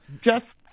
Jeff